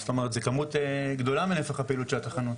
זאת אומרת זו כמות גדולה מנפח הפעילות של התחנות.